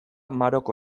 maroko